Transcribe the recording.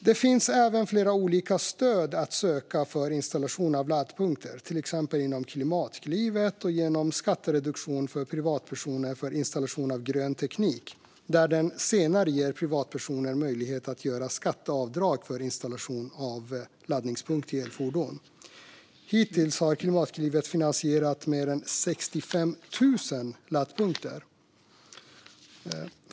Det finns även flera olika stöd att söka för installation av laddpunkter, till exempel inom Klimatklivet och genom skattereduktion för privatpersoner för installation av grön teknik, där den senare ger privatpersoner möjlighet att göra skatteavdrag för installation av laddpunkt till elfordon. Hittills har Klimatklivet finansierat mer än 65 000 laddpunkter.